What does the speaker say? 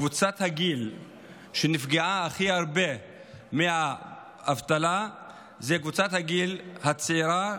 קבוצת הגיל שנפגעה הכי הרבה מהאבטלה היא קבוצת הגיל הצעירה,